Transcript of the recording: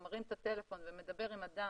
או מרים את הטלפון ומדבר עם אדם,